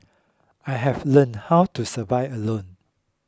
I have learnt how to survive alone